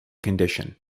condition